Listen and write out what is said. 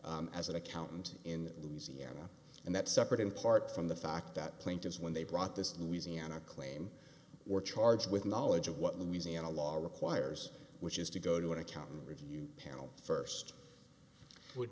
registered as an accountant in louisiana and that's separate in part from the fact that plaintiffs when they brought this louisiana claim were charged with knowledge of what louisiana law requires which is to go to an accountant review panel first would